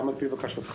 גם על פי בקשתך.